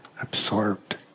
absorbed